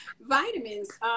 vitamins